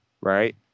right